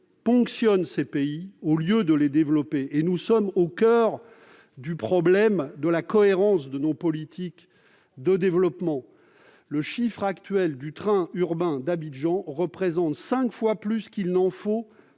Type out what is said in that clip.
ponctionnent ces pays au lieu de les développer. Nous sommes ici au coeur du problème de la cohérence de nos politiques de développement. Le coût actuel du train urbain d'Abidjan représente cinq fois plus qu'il n'en faut